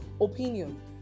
opinion